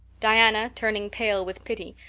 diana, turning pale with pity,